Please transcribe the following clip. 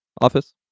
office